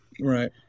Right